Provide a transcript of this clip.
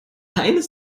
eines